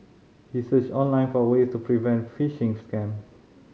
he searched online for way to prevent phishing scams